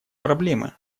проблемы